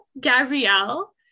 Gabrielle